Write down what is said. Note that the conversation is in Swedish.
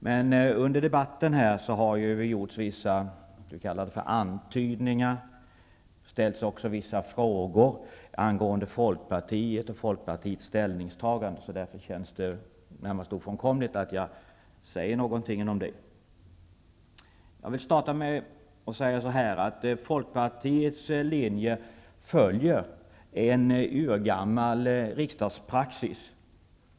Men under debatten har det gjorts vissa antydningar och ställts vissa frågor angående Folkpartiet och dess ställningstagande, och det känns därför närmast ofrånkomligt att jag säger någonting om detta. Folkpartiets linje följer en urgammal riksdagspraxis.